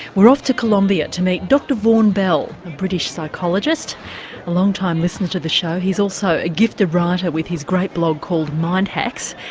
we're off to colombia to meet dr vaughan bell, a british psychologist. a long-time to the show, he's also a gifted writer with his great blog called mind hacks.